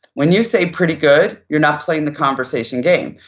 when you say pretty good, you're not playing the conversation game.